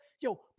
yo